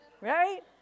right